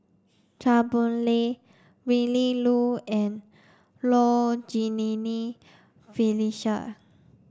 Chua Boon Lay Willin Low and Low Jimenez Felicia